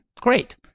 Great